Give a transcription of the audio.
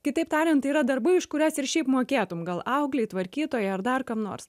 kitaip tariant tai yra darbai už kuriuos ir šiaip mokėtum gal auklei tvarkytojai ar dar kam nors